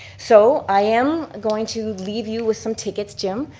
so i am going to leave you with some tickets, jim.